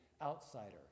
outsider